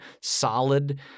solid